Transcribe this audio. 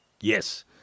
Yes